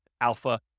alpha